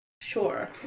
Sure